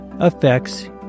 Affects